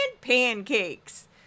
pancakes